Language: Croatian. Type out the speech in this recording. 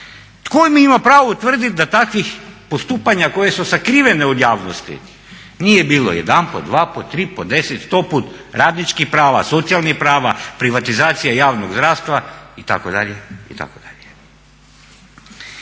mi ima pravo tvrditi da takvih postupanja koje su sakrivene od javnosti nije bilo jedanput, dvaput, triput, deset, stoput, radničkih prava, socijalnih prava, privatizacije javnog zdravstva itd.